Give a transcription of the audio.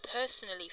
personally